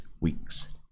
weeks